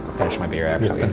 finish my beer actually.